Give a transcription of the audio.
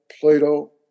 Plato